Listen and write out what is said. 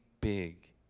big